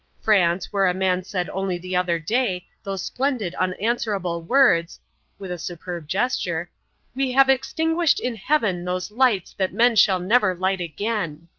france, where a man said only the other day those splendid unanswerable words with a superb gesture we have extinguished in heaven those lights that men shall never light again